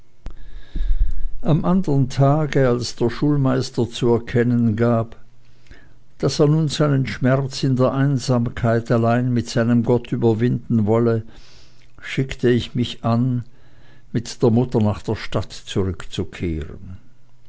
am andern tage als der schulmeister zu erkennen gab daß er nun seinen schmerz in der einsamkeit allein mit seinem gott überwinden wolle schickte ich mich an mit der mutter nach der stadt zurückzukehren